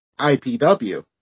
IPW